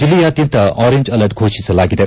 ಜಿಲ್ಲೆಯಾದ್ಯಂತ orange alert ಫೋಷಿಸಲಾಗಿದೆ